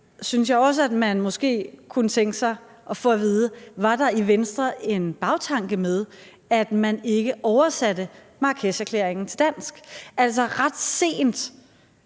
synes jeg også, at man måske kunne tænke sig at få at vide: Var der i Venstre en bagtanke med, at man ikke oversatte Marrakesherklæringen til dansk? Altså, ret sent